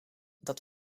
dat